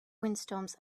windstorms